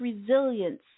resilience